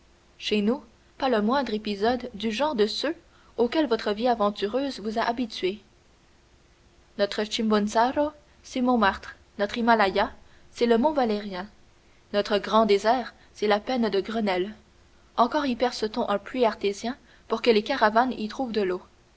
chez nous pas le moindre épisode du genre de ceux auxquels votre vie aventureuse vous a habitué notre chimborazzo c'est montmartre notre himalaya c'est le mont valérien notre grand désert c'est la plaine de grenelle encore y perce t on un puits artésien pour que les caravanes y trouvent de l'eau